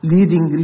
Leading